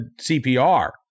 CPR